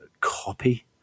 copy